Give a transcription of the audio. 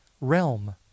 realm